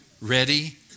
Ready